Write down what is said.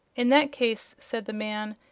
in that case, said the man,